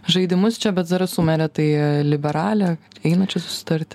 žaidimus čia bet zarasų merė tai liberalė eina čia susitarti